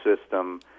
system